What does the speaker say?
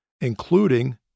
including